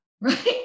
right